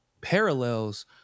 parallels